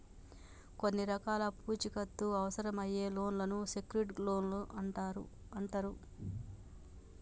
కొన్ని రకాల పూచీకత్తు అవసరమయ్యే లోన్లను సెక్యూర్డ్ లోన్లు అంటరు